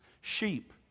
sheep